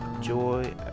Joy